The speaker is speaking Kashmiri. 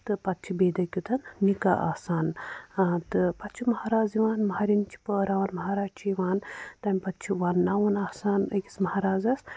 تہٕ پَتہٕ چھِ بیٚیہِ دۄہ کیُتھ نِکاح آسان تہٕ پَتہٕ چھُ مہراز یِوان مہرٮ۪ن چھِ پٲراوان مہرازٕ چھِ یِوان تَمہِ پَتہٕ چھِ وَنناوُن آسان أکِس مہرازَس